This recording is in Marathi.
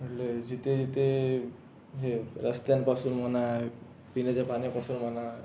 म्हणले जिथे जिथे हे रस्त्यांपासून म्हणा पिण्याच्या पाण्यापासून म्हणा